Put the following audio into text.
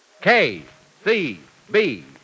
K-C-B